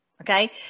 okay